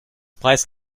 preis